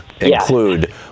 include